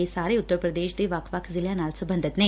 ਇਹ ਸਾਰੇ ਉਤਰ ਪ੍ਰਦੇਸ਼ ਦੇ ਵੱਖ ਵੱਖ ਜ਼ਿਲ੍ਹਿਆਂ ਨਾਲ ਸਬੰਧਤ ਨੇ